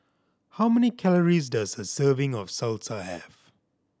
how many calories does a serving of Salsa have